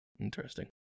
Interesting